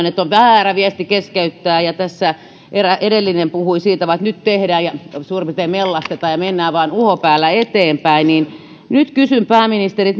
että on väärä viesti keskeyttää ja tässä edellinen puhui siitä että nyt tehdään ja suurin piirtein mellastetaan ja mennään vain uho päällä eteenpäin niin nyt kysyn pääministeri